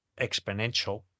exponential